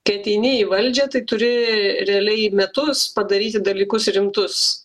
kai ateini į valdžią tai turi realiai metus padaryti dalykus rimtus